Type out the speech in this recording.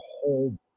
whole